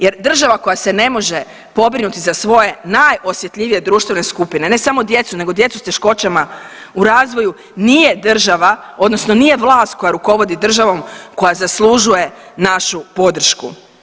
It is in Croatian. Jer država koja se ne može pobrinuti za svoje najosjetljivije društvene skupine, ne samo djecu, nego djecu s teškoćama u razvoju nije država, odnosno nije vlast koja rukovodi državom koja zaslužuje našu podršku.